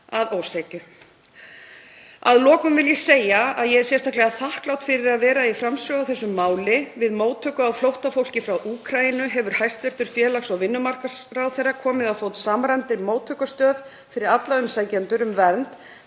að ósekju. Að lokum vil ég segja að ég er sérstaklega þakklát fyrir að vera í framsögu á þessu máli. Við móttöku á flóttafólki frá Úkraínu hefur hæstv. félags- og vinnumarkaðsráðherra komið á fót samræmdri móttökustöð fyrir alla umsækjendur um vernd